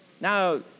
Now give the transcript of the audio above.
Now